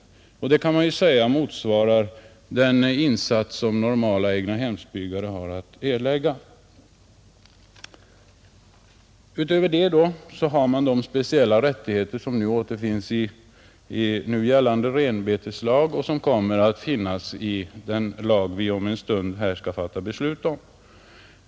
Detta belopp kan man säga motsvarar den insats som en egnahemsbyggare har att erlägga. 9. Utöver detta har samerna speciella rättigheter som återfinns i nu gällande renbeteslag och som också kommer att finnas i den lag vi om en stund skall fatta beslut om.